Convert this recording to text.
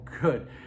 good